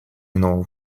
иного